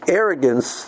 arrogance